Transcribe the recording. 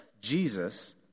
Jesus